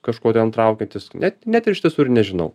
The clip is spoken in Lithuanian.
kažkuo ten traukiantis net net ir iš tiesų ir nežinau